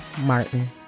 Martin